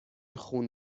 خون